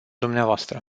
dvs